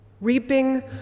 Reaping